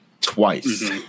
twice